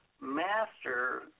master